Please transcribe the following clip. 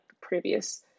previous